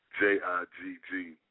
J-I-G-G